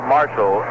Marshall